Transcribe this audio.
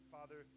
Father